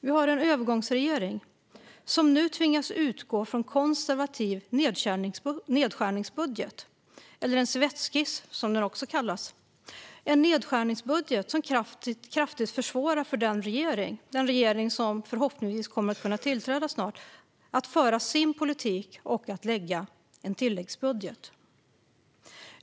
Vi har en övergångsregering som nu tvingas utgå från en konservativ nedskärningsbudget - en servettskiss, som den också kallas. Det är en nedskärningsbudget som kraftigt försvårar för den regering som förhoppningsvis snart kommer att kunna tillträda att föra sin politik och lägga fram en tilläggsbudget.